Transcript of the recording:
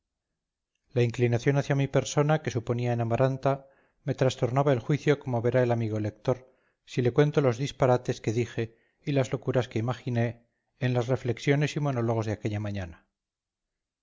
la inclinación hacia mi persona que suponía en amaranta me trastornaba el juicio como verá el amigo lector si le cuento los disparates que dije y las locuras que imaginé en las reflexiones y monólogos de aquella mañana